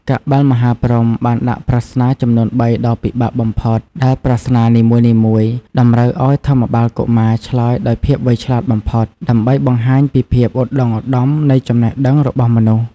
កបិលមហាព្រហ្មបានដាក់ប្រស្នាចំនួនបីដ៏ពិបាកបំផុត ដែលប្រស្នានីមួយៗតម្រូវឲ្យធម្មបាលកុមារឆ្លើយដោយភាពវៃឆ្លាតបំផុត ដើម្បីបង្ហាញពីភាពឧត្តុង្គឧត្តមនៃចំណេះដឹងរបស់មនុស្ស។